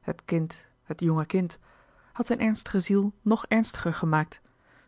het kind het jonge kind had zijn ernstige ziel nog ernstiger gemaakt